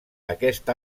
aquest